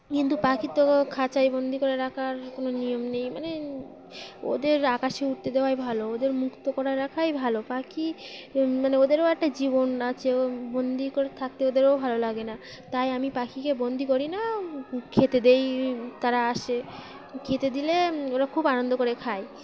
কিন্তু পাখি তো খাঁচাই বন্দি করে রাখার কোনো নিয়ম নেই মানে ওদের আকাশে উড়তে দেওয়াই ভালো ওদের মুক্ত করে রাখাই ভালো পাখি মানে ওদেরও একটা জীবন আছে ও বন্দি করে থাকতে ওদেরও ভালো লাগে না তাই আমি পাখিকে বন্দি করি না খেতে দেই তারা আসে খেতে দিলে ওরা খুব আনন্দ করে খায়